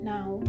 Now